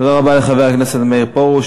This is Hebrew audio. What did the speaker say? תודה רבה לחבר הכנסת מאיר פרוש.